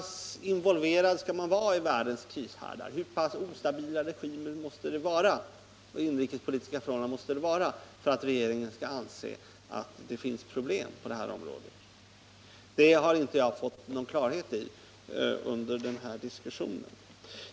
Hur involverat skall ett land vara i världens krishärdar, hur instabila regimer måste det vara på det inrikespolitiska planet för att regeringen skall anse att det finns problem på detta område? Det har jag inte fått någon klarhet i under den här diskussionen.